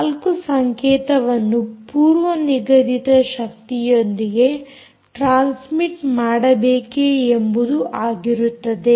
4 ಸಂಕೇತವನ್ನು ಪೂರ್ವ ನಿಗದಿತ ಶಕ್ತಿಯೊಂದಿಗೆ ಟ್ರಾನ್ಸ್ಮಿಟ್ ಮಾಡಬೇಕೇ ಎಂಬುದು ಆಗಿರುತ್ತದೆ